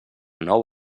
nou